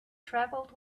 travelled